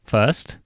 First